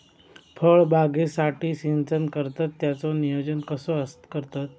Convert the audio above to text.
फळबागेसाठी सिंचन करतत त्याचो नियोजन कसो करतत?